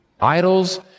Idols